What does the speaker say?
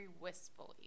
wistfully